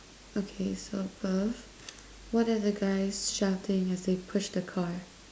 okay so above what are the guys shouting as they push the car